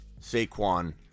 Saquon